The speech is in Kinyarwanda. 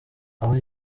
aba